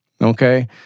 Okay